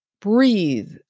breathe